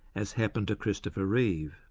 as happened to christopher reeve.